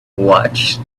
watched